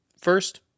First